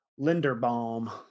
Linderbaum